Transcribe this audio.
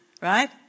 right